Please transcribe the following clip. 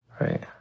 Right